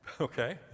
Okay